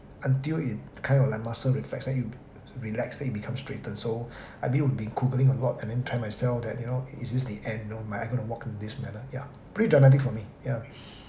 until it kind of like muscle reflex then you relax then it becomes straighten so I be would be googling a lot and then tell myself that you know is this the end you know may I going to walk in this manner ya pretty dramatic for me ya